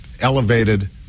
elevated